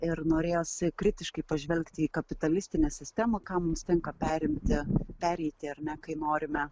ir norėjosi kritiškai pažvelgti į kapitalistinę sistemą ką mums tenka perimti pereiti ar ne kai norime